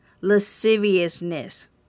lasciviousness